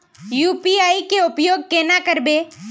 UPI के उपयोग केना करबे?